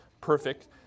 perfect